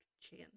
chin